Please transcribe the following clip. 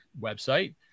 website